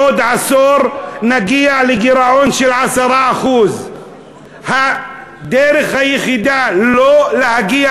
בעוד עשור נגיע לגירעון של 10%. הדרך היחידה לא להגיע